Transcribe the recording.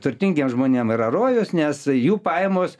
turtingiem žmonėm yra rojus nes jų pajamos